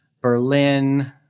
Berlin